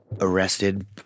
Arrested